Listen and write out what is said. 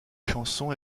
chanson